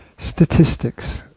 statistics